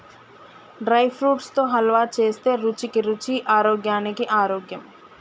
dry fruits తో హల్వా చేస్తే రుచికి రుచి ఆరోగ్యానికి ఆరోగ్యం